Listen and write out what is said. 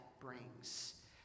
brings